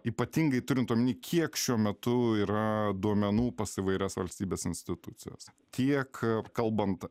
ypatingai turint omeny kiek šiuo metu yra duomenų pas įvairias valstybės institucijas kiek kalbant